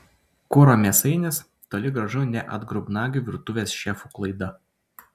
kuro mėsainis toli gražu ne atgrubnagių virtuvės šefų klaida